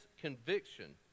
conviction